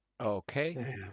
Okay